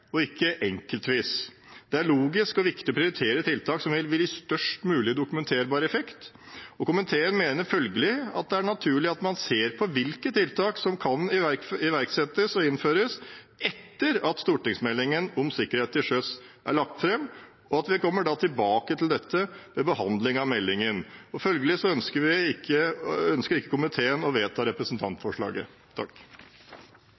og ikke enkeltvis. Det er logisk og viktig å prioritere tiltak som vil gi størst mulig dokumenterbar effekt, og komiteen mener følgelig at det er naturlig at man ser på hvilke tiltak som kan innføres etter at stortingsmeldingen om sikkerhet til sjøs er lagt fram, og at vi kommer tilbake til dette ved behandlingen av meldingen. Følgelig ønsker ikke komiteen å vedta